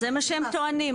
זה מה שהם טוענים.